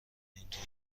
اینطور